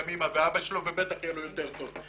מאימא ואבא שלו ובטח יהיה לו יותר טוב.